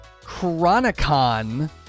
chronicon